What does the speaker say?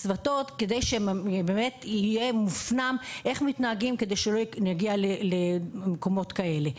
ושאר הצוותים כדי שיהיה מופנם איך מתנהגים כדי שלא נגיע למקומות כאלה.